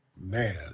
Man